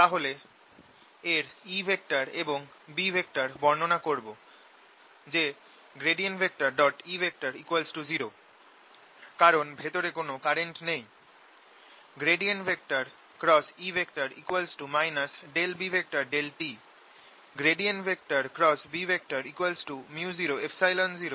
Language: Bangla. তাহলে এর E এবং B বর্ণনা করব যে E0 কারণ ভেতরে কোন কারেন্ট নেই E B∂t B µ00E∂t এবং B 0